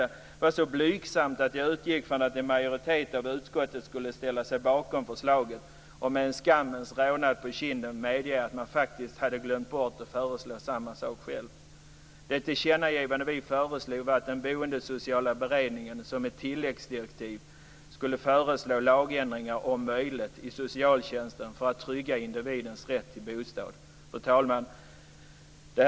Det är så blygsamt att jag utgick från att en majoritet av utskottet skulle ställa sig bakom förslaget och med en skammens rodnad på kinden medge att man hade glömt bort att föreslå samma sak själv. Fru talman!